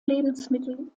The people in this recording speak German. lebensmittel